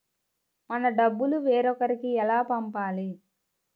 మన డబ్బులు వేరొకరికి ఎలా పంపాలి?